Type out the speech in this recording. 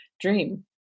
dream